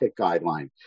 guideline